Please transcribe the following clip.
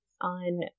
on